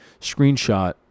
screenshot